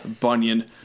Bunyan